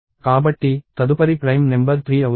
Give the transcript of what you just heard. కాబట్టి తదుపరి prime number 3 అవుతుంది